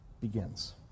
begins